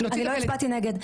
אני לא הצבעתי נגד,